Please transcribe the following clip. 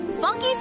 funky